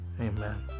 Amen